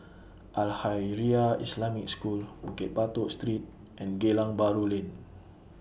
Al Khairiah Islamic School Bukit Batok Street and Geylang Bahru Lane